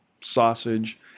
sausage